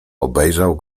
obejrzał